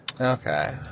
okay